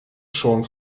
schon